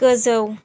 गोजौ